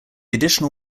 additional